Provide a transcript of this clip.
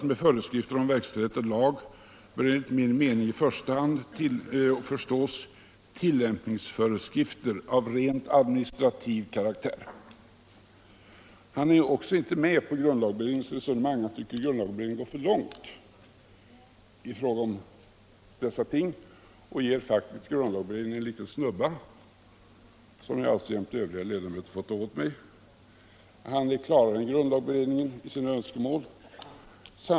Med föreskrifter om verkställighet av lag bör enligt min mening i första hand förstås tillämpningsföreskrifter av rent administrativ karaktär.” Departementschefen är inte med på grundlagberedningens resonemang. Han tycker att grundlagberedningen går för långt i fråga om dessa ting, och han ger faktiskt beredningen en liten snubba, som jag alltså jämte övriga ledamöter får ta åt mig. Han är klarare än grundlagberedningen i sina önskemål.